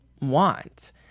want